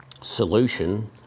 solution